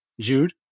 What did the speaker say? Jude